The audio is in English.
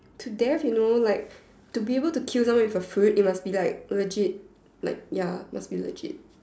to death you know like to be able to kill them with a fruit you must be like legit like ya must be legit